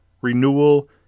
renewal